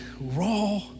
raw